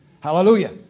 Hallelujah